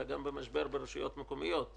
אלא גם במשבר ברשויות המקומיות,